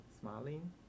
smiling